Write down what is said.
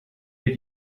did